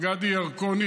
גדי ירקוני,